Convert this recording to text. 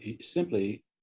Simply